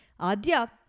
Adya